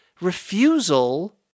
refusal